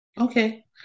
Okay